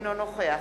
אינו נוכח